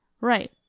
Right